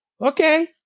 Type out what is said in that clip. Okay